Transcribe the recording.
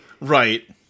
Right